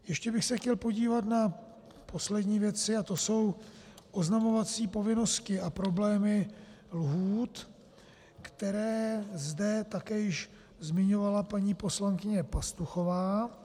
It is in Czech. Ještě bych se chtěl podívat na poslední věci a to jsou oznamovací povinnosti a problémy lhůt, které zde také již zmiňovala paní poslankyně Pastuchová.